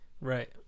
Right